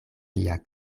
lia